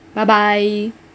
bye bye